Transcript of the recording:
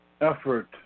Effort